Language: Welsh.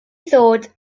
ddod